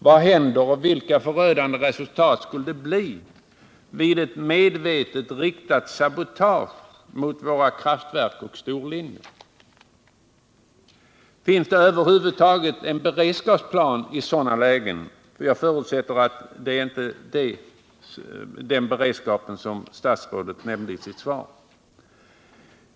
Vad händer vid ett medvetet sabotage, riktat mot våra kraftverk och storlinjer, och vilka förödande resultat skulle det kunna bli? Finns det över huvud taget någon beredskapsplan i sådana lägen? — Jag förutsätter att den beredskap inte finns som statsrådet nämnde i sitt svar.